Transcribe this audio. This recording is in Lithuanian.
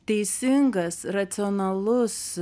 teisingas racionalus